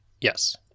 yes